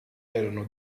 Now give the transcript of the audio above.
erano